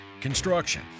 Construction